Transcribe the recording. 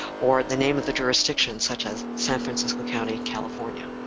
or the name of the jurisdictions, such as san francisco county, california,